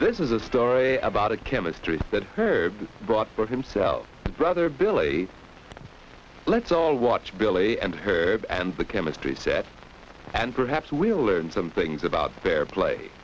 this is a story about a chemistry that herb brought for himself brother billy let's all watch billy and herb and the chemistry set and perhaps we'll learn some things about fair play